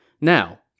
Now